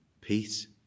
peace